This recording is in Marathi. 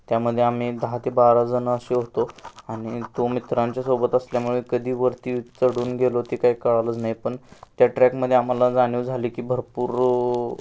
त्यामध्ये आम्ही दहा ते बारा जणं असे होतो आणि तो मित्रांच्यासोबत असल्यामुळे कधी वरती चढून गेलो ते काही कळलंच नाही पण त्या ट्रॅकमध्ये आम्हाला जाणीव झाली की भरपूर